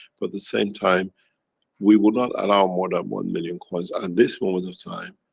but the same time we would not allow more than one million coins, at and this moment of time,